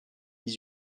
dix